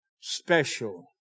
special